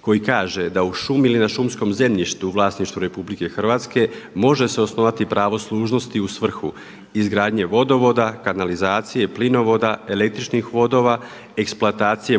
koji kaže da u šumi ili na šumskom zemljištu u vlasništvu RH može se osnovati pravo služnosti u svrhu izgradnje vodovoda, kanalizacije, plinovoda, električnih vodova, eksploatacije